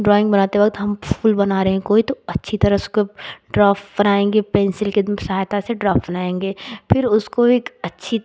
drawing बनाते वक़्त हम फूल बना रहे हैं कोई तो अच्छी तरह उसका ड्राफ़्ट बनाएँगे पेंसिल की सहायता से ड्राफ़्ट बनाएँगे फिर उसको एक अच्छी